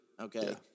Okay